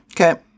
Okay